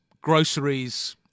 groceries